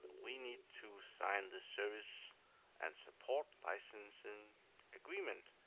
we need to sign the service and support licensing agreement.